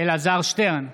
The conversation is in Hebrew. אלעזר שטרן,